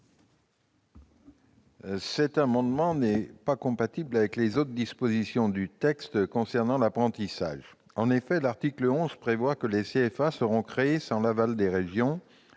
Cet amendement n'est pas compatible avec les autres dispositions du texte concernant l'apprentissage. En effet, l'article 11 prévoit que les CFA seront créés sans l'aval des régions.